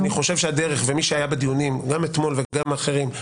מי שהיה בדיונים, גם אתמול וגם באחרים,